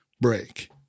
break